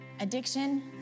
Addiction